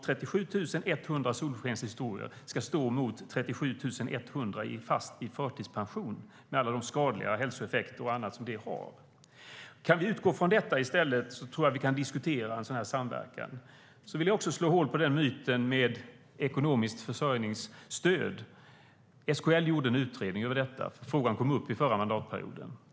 37 100 solskenshistorier ska alltså ställas mot 37 100 i förtidspension med alla skadliga hälsoeffekter som det medför. Kan vi utgå från detta i stället tror jag att vi kan diskutera samverkan. Jag vill också slå hål på myten om ekonomiskt försörjningsstöd. SKL gjorde en utredning av detta, då frågan kom upp under förra mandatperioden.